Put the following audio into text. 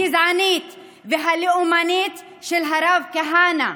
הגזענית והלאומנית של הרב כהנא.